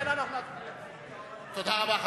תודה רבה.